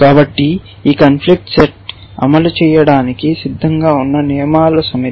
కాబట్టి ఈ conflict set అమలు చేయడానికి సిద్ధంగా ఉన్న నియమాల సమితి